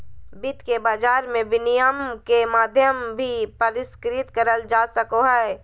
वित्त के बाजार मे विनिमय के माध्यम भी परिष्कृत करल जा सको हय